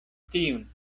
tiun